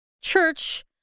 church